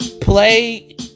play